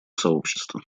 сообщества